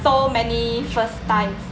so many first time